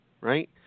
right